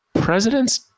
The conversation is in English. presidents